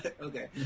Okay